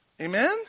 Amen